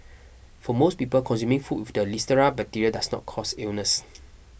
for most people consuming food with the listeria bacteria does not cause illness